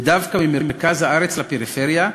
ודווקא ממרכז הארץ לפריפריה,